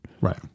Right